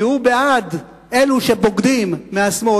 כי הוא בעד אלו שבוגדים מהשמאל,